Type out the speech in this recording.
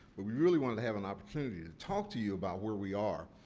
but, we really wanted to have an opportunity to talk to you about where we are,